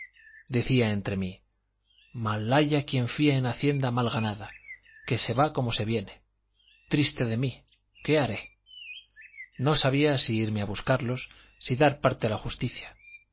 decía entre mí malhaya quien fía en hacienda mal ganada que se va como se viene triste de mí qué haré no sabía si irme a buscarlos si dar parte a la justicia